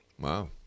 Wow